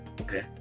okay